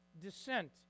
descent